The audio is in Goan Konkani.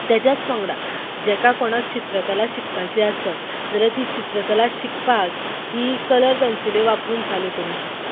तेज्याच वांगडा जेका कोणाक चित्रकला शिकपाची आसत जाल्या ती चित्रकला शिकपाक ही कलर पेन्सिल्यो वापरून चालू करूंक शकता